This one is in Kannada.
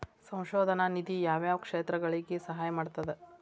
ಸಂಶೋಧನಾ ನಿಧಿ ಯಾವ್ಯಾವ ಕ್ಷೇತ್ರಗಳಿಗಿ ಸಹಾಯ ಮಾಡ್ತದ